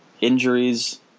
injuries